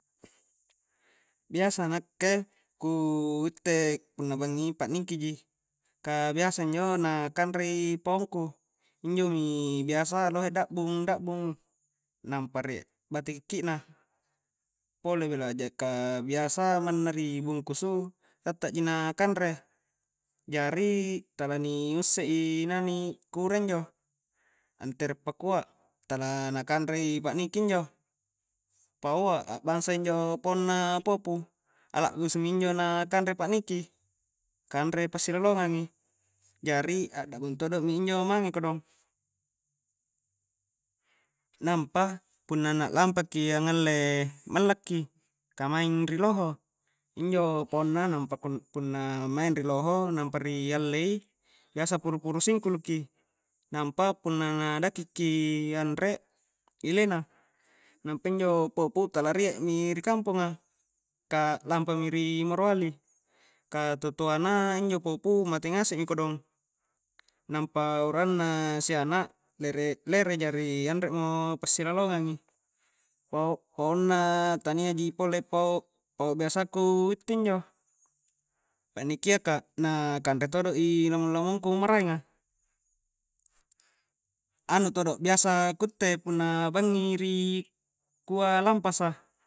Biasa nakke ku utte punna bangngi pa'niki ji, ka biasa injo na kanrei paongku, injomi biasa lohe dakbung-dakbung nampa rie' bate kikki' na pole bela, jeka biasa manna ri bungkusu tatta ji na kanre jari tala ni usse i nani kura injo, antere pakua tala na kanrei pakniki injo pao a, akbangsa injo paonna popu a lakbusu minjo na kanre pakniki ka anre pasilolongang i jari akdakbung todo minjo mange kodong, nampa punna na aklampaki angngalle mallaki ka maing riloho, injo paonna nampa punna maing riloho nampa ri allei biasa puru-puru singkuluki nampa punna na anre ile na nampa injo popu tala riek mi ri kampongaa ka aklampami ri morowali ka totoana injo popu mate ngasek mi kodong nampa urangna sianak lere-lere jari anremo pasilolongang i pao-paonna tania ji pole pao-pao' biasaa ku itte injo paknikia ka na kanre todo i lamung-lamungku maraenga anu todo biasa ku utte punna bangngi ri kua lampasa